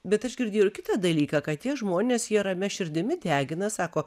bet aš girdėjau ir kitą dalyką kad tie žmonės jie ramia širdimi degina sako